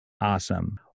Awesome